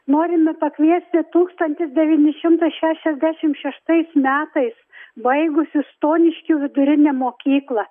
norime pakviesti tūkstantis devyni šimtai šešiasdešim šeštais metais baigusius stoniškių vidurinę mokyklą